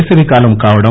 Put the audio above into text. వేసవి కాలం కావడం